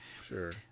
Sure